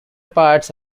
parts